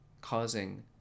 causing